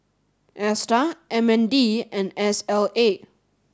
ASTAR M N D and S L A